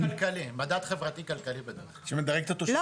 טוב